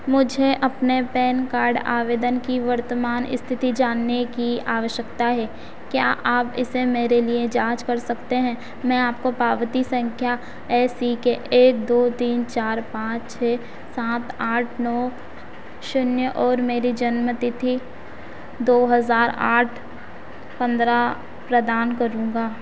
मुझे अपने pan card आवेदन की वर्तमान इस्थिति जानने की आवश्यकता है क्या आप इसे मेरे लिए जाँच सकते हैं मैं आपको पावती सँख्या ए सी के एक दो तीन चार पाँच छह सात आठ नौ शून्य और मेरी जन्म तिथि दो हज़ार आठ पन्द्रह प्रदान करूँगा